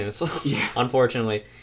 unfortunately